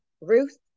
Ruth